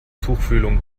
tuchfühlung